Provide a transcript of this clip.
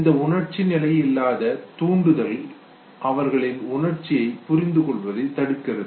இந்த உணர்ச்சி நிலை இல்லாத தூண்டுதல் அவர்கள் உணர்ச்சியை புரிந்து கொள்வதை தடுக்கிறது